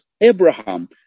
Abraham